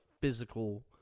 physical –